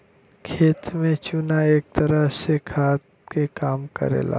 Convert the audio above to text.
खेत में चुना एक तरह से खाद के काम करला